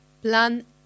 Plan